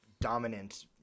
dominant